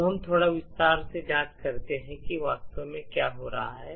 अब हम थोड़ा विस्तार से जाँच कर सकते हैं कि वास्तव में क्या हो रहा है